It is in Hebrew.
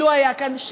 אילו היה נמצא כאן,